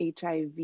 HIV